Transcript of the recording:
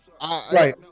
right